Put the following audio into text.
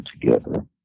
together